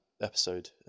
episode